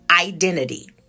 identity